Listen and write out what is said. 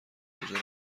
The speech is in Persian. کجا